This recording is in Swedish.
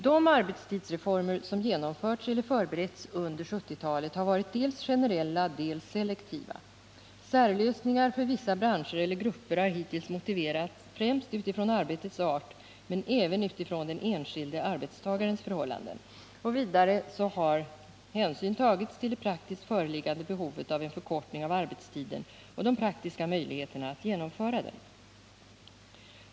De arbetstidsreformer som genomförts eller förberetts under 1970-talet har 43 varit dels generella, dels selektiva. Särlösningar för vissa branscher eller grupper har hittills motiverats främst utifrån arbetets art men även utifrån den enskilde arbetstagarens förhållanden. Vidare har hänsyn tagits till det praktiskt föreliggande behovet av en förkortning av arbetstiden och de praktiska möjligheterna att genomföra den.